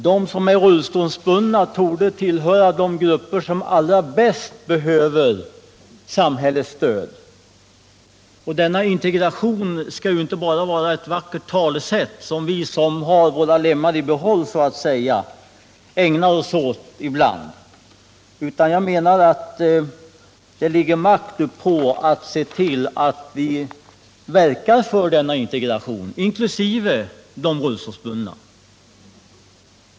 De som är rullstolsbundna torde tillhöra de grupper som allra bäst behöver samhällets stöd. Denna integrering skall inte bara vara ett vackert talesätt, som vi som har våra lemmar i behåll använder oss av ibland, utan jag anser att det ligger makt uppå att se till att vi verkar för att denna integrering även inkluderar de rullstolsbundna.